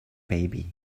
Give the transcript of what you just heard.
baby